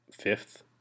fifth